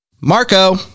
Marco